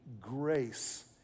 grace